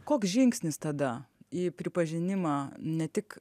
koks žingsnis tada į pripažinimą ne tik